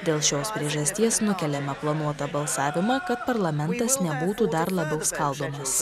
dėl šios priežasties nukeliame planuotą balsavimą kad parlamentas nebūtų dar labiau skaldomas